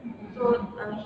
mmhmm mm